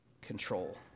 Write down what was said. control